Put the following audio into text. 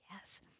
Yes